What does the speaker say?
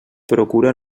procura